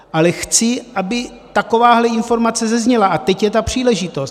Ale chci, aby takováhle informace zazněla, a teď je ta příležitost.